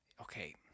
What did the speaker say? Okay